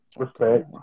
Okay